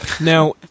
Now